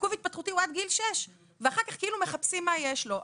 עיכוב התפתחותי הוא עד גיל שש ואחר כך מחפשים מה יש לו,